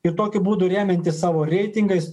ir tokiu būdu remiantis savo reitingais